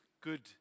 good